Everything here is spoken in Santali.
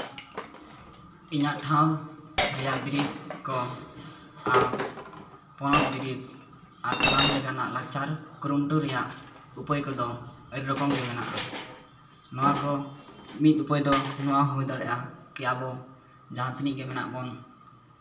ᱤᱧᱟᱹᱜ ᱴᱷᱟᱶ ᱨᱮᱭᱟᱜ ᱵᱤᱨᱤᱫ ᱠᱚ ᱟᱨ ᱯᱚᱱᱚᱛ ᱵᱤᱨᱤᱫ ᱟᱨ ᱥᱟᱱᱟᱢ ᱞᱮᱠᱟᱱᱟᱜ ᱞᱟᱠᱪᱟᱨ ᱠᱩᱨᱩᱢᱩᱴᱩ ᱨᱮᱭᱟᱜ ᱩᱯᱟᱹᱭ ᱠᱚᱫᱚ ᱟᱹᱰᱤ ᱨᱚᱠᱚᱢ ᱜᱮ ᱢᱮᱱᱟᱜᱼᱟ ᱱᱚᱣᱟ ᱠᱚ ᱢᱤᱫ ᱩᱯᱟᱹᱭ ᱫᱚ ᱱᱚᱣᱟ ᱦᱩᱭ ᱫᱟᱲᱮᱭᱟᱜᱼᱟ ᱠᱤ ᱟᱵᱚ ᱡᱟᱦᱟᱸ ᱛᱤᱱᱟᱹᱜ ᱜᱮ ᱢᱮᱱᱟᱜ ᱵᱚᱱ